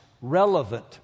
relevant